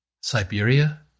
Siberia